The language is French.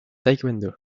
taekwondo